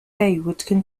would